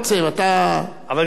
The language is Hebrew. חבר הכנסת גפני,